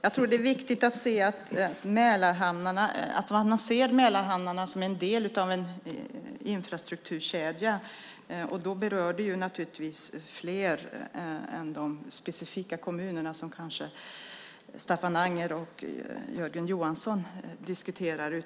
Herr talman! Jag tror att det är viktigt att se Mälarhamnarna som en del av en infrastrukturkedja. Då berörs naturligtvis fler än de specifika kommuner utifrån vilka Staffan Anger och Jörgen Johansson diskuterar.